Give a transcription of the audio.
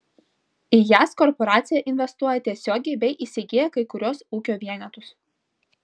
į jas korporacija investuoja tiesiogiai bei įsigyja kai kuriuos ūkio vienetus